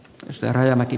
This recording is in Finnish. saramäki